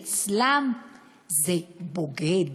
ושמאלני אצלם זה בוגד.